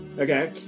Okay